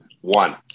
One